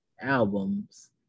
albums